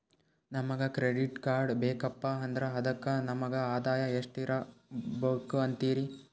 ನಮಗ credit card ಬೇಕಪ್ಪ ಅಂದ್ರ ಅದಕ್ಕ ನಮಗ ಆದಾಯ ಎಷ್ಟಿರಬಕು ಅಂತೀರಿ?